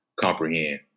comprehend